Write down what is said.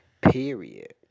Period